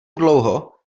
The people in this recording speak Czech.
dlouho